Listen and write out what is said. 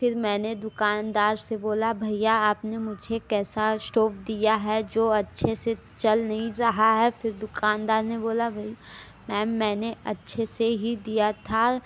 फिर मैंने दुकानदार से बोला भैया आपने मुझे कैसा स्टोव दिया है जो अच्छे से चल नहीं रहा है फिर दुकानदार ने बोला भई मैम मैंने अच्छे से ही दिया था